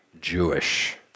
Jewish